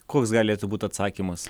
koks galėtų būt atsakymas